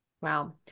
Wow